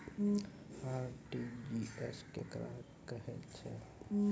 RTGS केकरा कहैत अछि?